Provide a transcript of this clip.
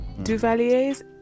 Duvalier's